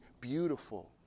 beautiful